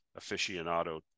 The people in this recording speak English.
aficionado